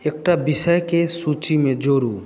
एकटा विषयकेँ सूचीमे जोडू